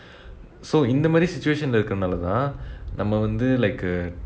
so இந்த மாதிரி:intha maathiri situation leh இருக்குறனாளேதான் நம்ப வந்து:irukkura naalaethaan namba vanthu like uh